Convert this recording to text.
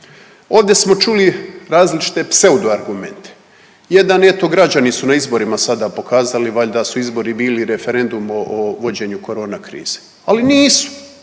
Ovdje smo čuli različite pseudo argumente. Jedan eto građani su na izborima sada pokazali valjda su izbori bili referendum o vođenju corona krize. Ali nisu,